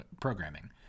programming